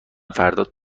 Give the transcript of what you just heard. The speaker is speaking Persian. فردا